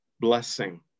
blessing